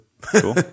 Cool